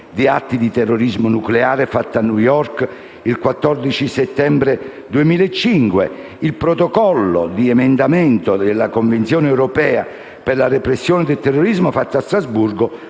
di atti di terrorismo nucleare, fatta a New York il 14 settembre 2005; *c*) del Protocollo di Emendamento alla Convenzione europea per la repressione del terrorismo, fatto a Strasburgo